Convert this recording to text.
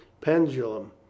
Pendulum